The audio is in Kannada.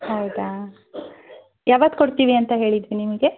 ಹೌದಾ ಯಾವತ್ತು ಕೊಡ್ತೀವಿ ಅಂತ ಹೇಳಿದ್ವಿ ನಿಮಗೆ